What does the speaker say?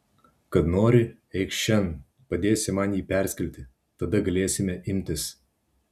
kad nori eikš šen padėsi man jį perskelti tada galėsime imtis